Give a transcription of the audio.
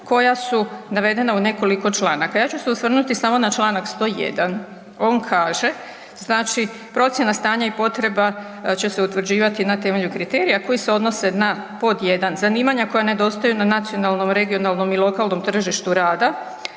koja su navedena u nekoliko članaka. Ja ću se osvrnuti samo na čl. 101. on kaže „procjena stanja i potreba će se utvrđivati na temelju kriterija koji se odnose na 1. zanimanja koja nedostaju na nacionalnom, regionalnom i lokalnom tržištu rada,